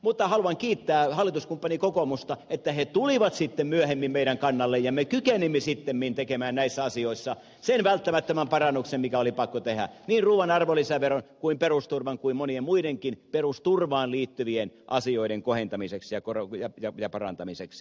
mutta haluan kiittää hallituskumppani kokoomusta että he tulivat myöhemmin meidän kannallemme ja me kykenimme sittemmin tekemään näissä asioissa sen välttämättömän parannuksen mikä oli pakko tehdä niin ruuan arvonlisäveron kuin perusturvan ja monien muidenkin perusturvaan liittyvien asioiden kohentamiseksi ja parantamiseksi